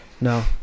No